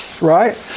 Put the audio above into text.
Right